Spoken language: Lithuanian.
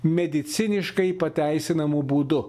mediciniškai pateisinamu būdu